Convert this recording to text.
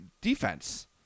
defense